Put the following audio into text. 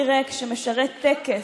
כן, הדגל הופך לכלי ריק שמשרת טקס,